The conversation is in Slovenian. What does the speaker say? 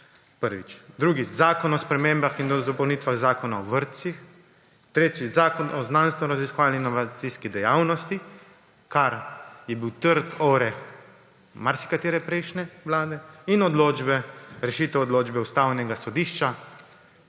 Drugič Zakon o spremembah in dopolnitvah Zakona o vrtcih. Tretjič Zakon o znanstvenoraziskovalni in inovacijski dejavnosti, kar je bil trd oreh marsikatere prejšnje vlade. In rešitev odločbe Ustavnega sodišča,